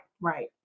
Right